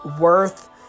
worth